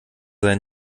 sein